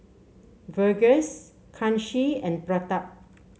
Verghese Kanshi and Pratap